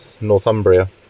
Northumbria